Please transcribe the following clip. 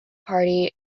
party